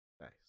nice